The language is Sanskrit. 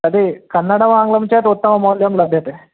तर्हि कन्नडम् आङ्ग्लं चेत् उत्तमं मौल्यं लभ्यते